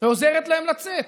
ועוזרת להם לצאת.